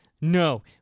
No